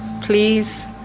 Please